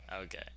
Okay